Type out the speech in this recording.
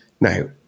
now